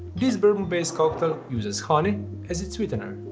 this bourbon-based cocktail uses honey as its sweetener.